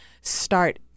start